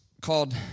called